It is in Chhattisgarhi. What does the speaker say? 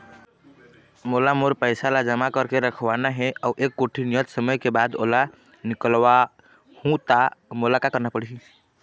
मोला मोर पैसा ला जमा करके रखवाना हे अऊ एक कोठी नियत समय के बाद ओला निकलवा हु ता मोला का करना पड़ही?